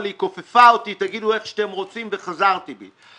לי/כופפה אותי תגידו איך שאתם רוצים וחזרתי בי.